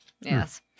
Yes